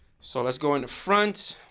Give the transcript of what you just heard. so let's go on front